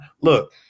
Look